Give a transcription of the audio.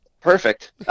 Perfect